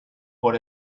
por